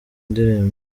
ndirimbo